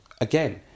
again